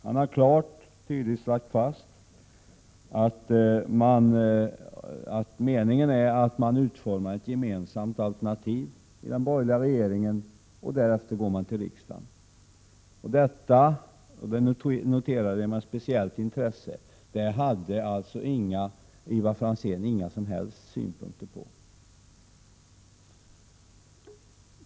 Han har klart och tydligt slagit fast att avsikten är att utforma ett gemensamt alternativ i den borgerliga regeringen och därefter gå till riksdagen. Detta hade Ivar Franzén inga som helst synpunkter på, och det noterade jag med speciellt intresse.